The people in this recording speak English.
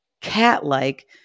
cat-like